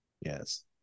yes